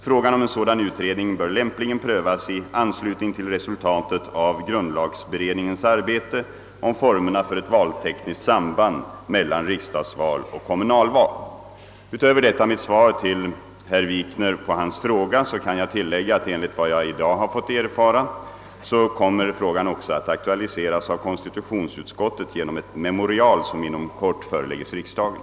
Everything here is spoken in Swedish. Frågan om en sådan utredning bör lämpligen prövas i anslutning till resultatet av grundlagberedningens arbete om formerna för ett valtekniskt samband mellan riksdagsval och kommunalval. Utöver detta mitt svar på herr Wikners fråga kan jag tillägga, ett enligt vad jag i dag erfarit kommer denna fråga också att aktualiseras av konstitutionsutskottet genom ett memorial som inom kort förelägges riksdagen.